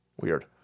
Weird